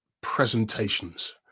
presentations